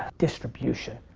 distribution.